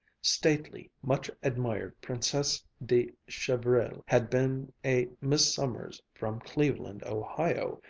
stately, much-admired princesse de chevrille had been a miss sommers from cleveland, ohio,